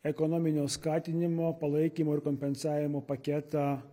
ekonominio skatinimo palaikymo ir kompensavimo paketą